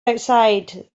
outside